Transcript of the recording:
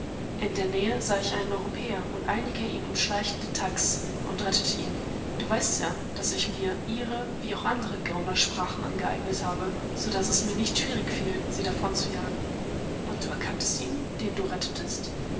in der nähe sah ich einen europäer und einige ihn umschleichende thags und rettete ihn du weißt ja daß ich mir ihre wie auch andere gaunersprachen angeeignet habe so daß es mir nicht schwierig fiel sie davon zu jagen und erkanntest du ihn den du rettetest